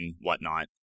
whatnot